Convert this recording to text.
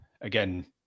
again